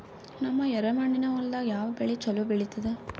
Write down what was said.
ನಮ್ಮ ಎರೆಮಣ್ಣಿನ ಹೊಲದಾಗ ಯಾವ ಬೆಳಿ ಚಲೋ ಬೆಳಿತದ?